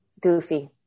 Goofy